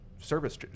service